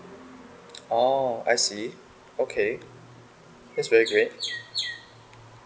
oh I see okay that's very great